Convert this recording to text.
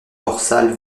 dorsale